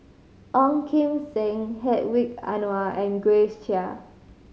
Ong Kim Seng Hedwig Anuar and Grace Chia